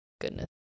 goodness